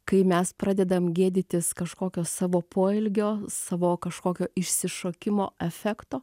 kai mes pradedam gėdytis kažkokio savo poelgio savo kažkokio išsišokimo efekto